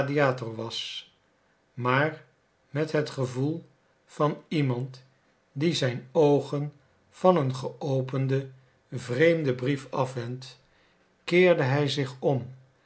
gladiator was maar met het gevoel van iemand die zijn oogen van een geopenden vreemden brief afwendt keerde hij zich om